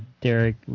Derek